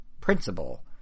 principle